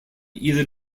either